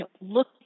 look